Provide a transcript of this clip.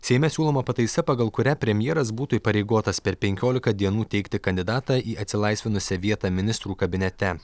seime siūloma pataisa pagal kurią premjeras būtų įpareigotas per penkiolika dienų teikti kandidatą į atsilaisvinusią vietą ministrų kabinete